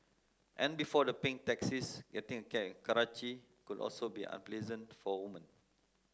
and before the pink taxis getting a cab in Karachi could also be unpleasant for women